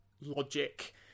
logic